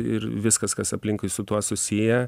ir viskas kas aplinkui su tuo susiję